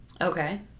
Okay